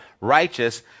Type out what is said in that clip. righteous